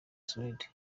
suède